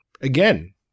again